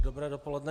Dobré dopoledne.